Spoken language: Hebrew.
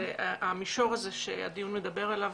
והמישור הזה שהדיון מדבר עליו,